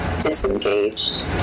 disengaged